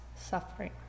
suffering